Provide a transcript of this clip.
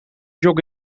joggen